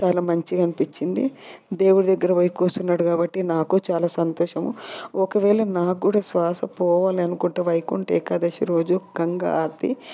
చాలా మంచిగా అనిపించింది దేవుడి దగ్గర పోయి కూర్చున్నాడు కాబట్టి నాకు చాలా సంతోషము ఒకవేళ నాకు కూడా శ్వాస పోవాలి అనుకుంటే వైకుంఠ ఏకాదశి రోజు గంగా హారతి